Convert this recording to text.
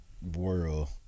world